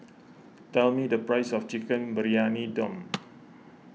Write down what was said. tell me the price of Chicken Briyani Dum